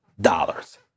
dollars